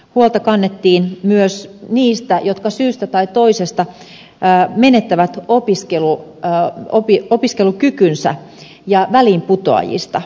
huolta kannettiin myös niistä jotka syystä tai toisesta menettävät opiskelukykynsä ja väliinputoajista